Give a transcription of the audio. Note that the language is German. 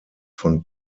von